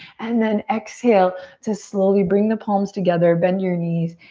and then exhale to slowly bring the palms together. bend your knees.